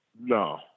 No